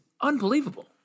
unbelievable